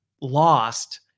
lost